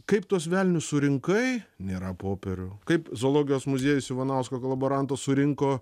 kaip tuos velnius surinkai nėra popierių kaip zoologijos muziejus ivanausko kolaboranto surinko